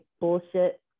bullshit